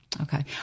Okay